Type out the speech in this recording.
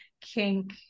kink